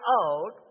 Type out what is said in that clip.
out